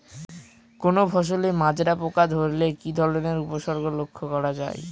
কোনো ফসলে মাজরা পোকা ধরলে কি ধরণের উপসর্গ লক্ষ্য করা যায়?